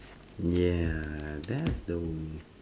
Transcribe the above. yeah that's the way